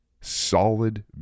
solid